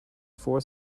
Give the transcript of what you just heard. four